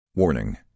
Warning